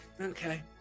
Okay